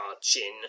chin